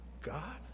God